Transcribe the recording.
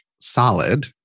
solid